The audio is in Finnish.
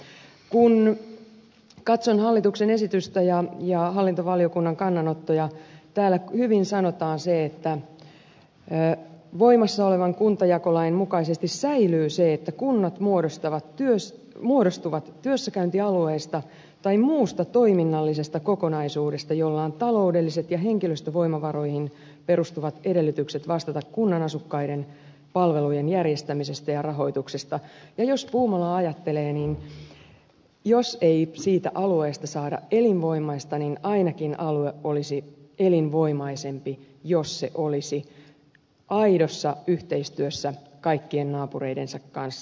kun katson hallituksen esitystä ja hallintovaliokunnan kannanottoja täällä hyvin sanotaan se että voimassa olevan kuntajakolain mukaisesti säilyy se että kunnat muodostuvat työssäkäyntialueista tai muusta toiminnallisesta kokonaisuudesta jolla on taloudelliset ja henkilöstövoimavaroihin perustuvat edellytykset vastata kunnan asukkaiden palvelujen järjestämisestä ja rahoituksesta ja jos puumalaa ajattelee niin jos ei siitä alueesta saada elinvoimaista niin ainakin alue olisi elinvoimaisempi jos se olisi aidossa yhteistyössä kaikkien naapureidensa kanssa